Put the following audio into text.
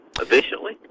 efficiently